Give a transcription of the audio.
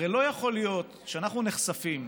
הרי לא יכול להיות שאנחנו נחשפים,